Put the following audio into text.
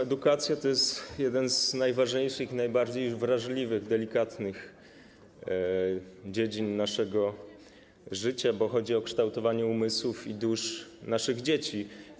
Edukacja to jedna z najważniejszych i najbardziej wrażliwych, delikatnych dziedzin naszego życia, bo chodzi o kształtowanie umysłów i dusz naszych dzieci.